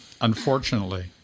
unfortunately